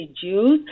Jews